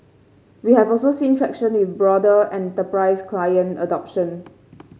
we have also seen traction with broader enterprise client adoption